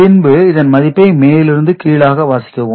பின்பு இதன் மதிப்பை மேலிருந்து கீழாக வாசிக்கவும்